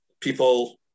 People